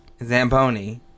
Zamponi